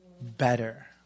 better